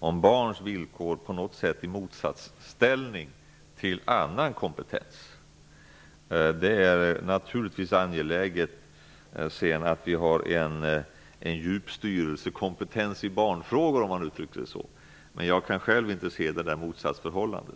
och barns villkor på något sätt i motsatsställning till annan kompetens. Det är naturligtvis angeläget att vi får en djup styrelsekompetens i barnfrågor, om man så får uttrycka det, men jag kan själv inte se något motsatsförhållande.